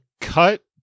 cut